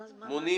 אז למה --- נו,